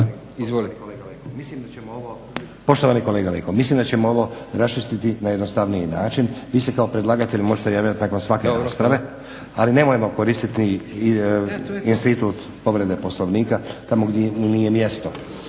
ovo. Poštovani kolega Leko mislim da ćemo ovo raščistiti na jednostavniji način. Vi se kao predlagatelj možete javljat nakon svake rasprave, ali nemojmo koristiti institut povrede Poslovnika tamo gdje mu nije mjesto.